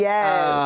Yes